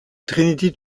trinity